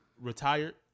retired